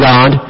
God